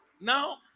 now